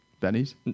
Benny's